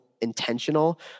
intentional